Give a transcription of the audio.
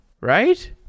right